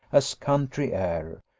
as country air,